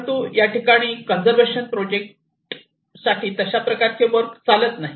परंतु या ठिकाणी कन्सर्वेशन प्रोजेक्ट तश्याप्रकारचे वर्क चालत नाही